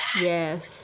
Yes